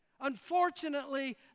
Unfortunately